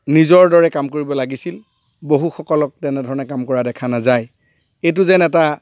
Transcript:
নিজৰ দৰে কাম কৰিব লাগিছিল বহুসকলক তেনেধৰণে কাম কৰা দেখা নাযায় এইটো যেন এটা